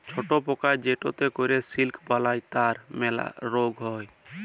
ছট পকা যেটতে ক্যরে সিলিক বালাই তার ম্যালা রগ হ্যয়